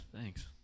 Thanks